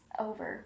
over